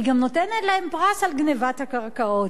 היא גם נותנת להם פרס על גנבת הקרקעות.